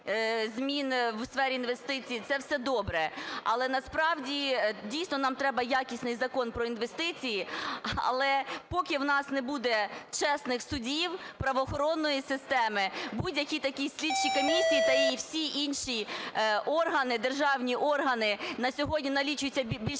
зміни в сфері інвестицій. Це все добре. Але насправді дійсно нам треба якісний Закон про інвестиції, але поки в нас не буде чесних судів, правоохоронної системи, будь-які такі слідчі комісії та і всі інші органи, державні органи, на сьогодні налічується більше